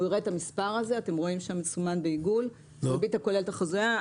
הוא יראה את המספר הזה מסומן בעיגול הריבית הכוללת החזויה,